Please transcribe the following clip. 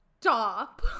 Stop